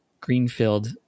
greenfield